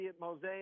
Mosaic